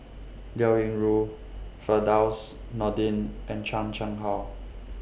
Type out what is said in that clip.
Liao Yingru Firdaus Nordin and Chan Chang How